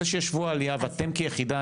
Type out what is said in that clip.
זה שיש שבוע עלייה ואתם כיחידה,